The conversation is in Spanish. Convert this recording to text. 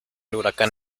huracán